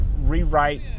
rewrite